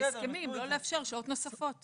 בהסכמים לא לאפשר שעות נוספות.